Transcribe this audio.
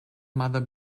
mother